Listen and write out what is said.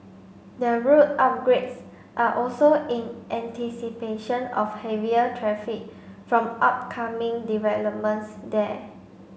the road upgrades are also in anticipation of heavier traffic from upcoming developments there